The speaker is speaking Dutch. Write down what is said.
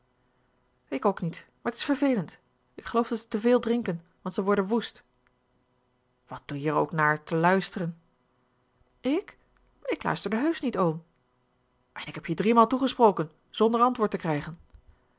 ik ook niet maar t is vervelend ik geloof dat zij te veel drinken want ze worden woest wat doe je er ook naar te luisteren ik ik luisterde heusch niet oom en ik heb je driemaal toegesproken zonder antwoord te krijgen